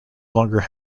longer